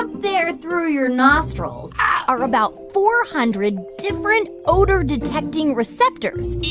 ah there through your nostrils, are about four hundred different odor-detecting receptors.